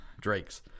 Drake's